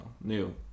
new